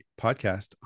Podcast